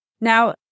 Now